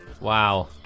Wow